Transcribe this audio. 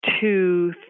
two